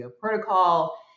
Protocol